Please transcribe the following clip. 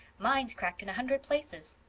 mine's cracked in a hundred places.